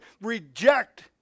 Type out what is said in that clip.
reject